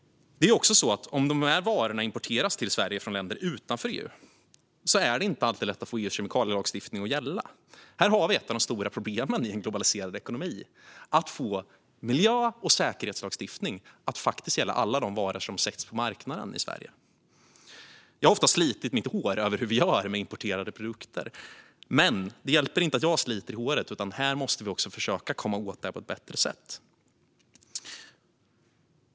Om de här varorna importeras till Sverige från länder utanför EU är det inte alltid lätt att få EU:s kemikalielagstiftning att gälla. Här har vi ett av de stora problemen i en globaliserad ekonomi: att få miljö och säkerhetslagstiftning att faktiskt gälla alla de varor som säljs på marknaden i Sverige. Jag har ofta slitit mitt hår över hur vi gör med importerade produkter. Men det hjälper inte att jag sliter mitt hår, utan här måste vi försöka komma åt detta på ett bättre sätt.